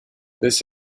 this